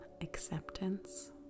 acceptance